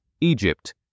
Egypt